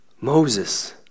Moses